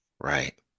Right